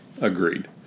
Agreed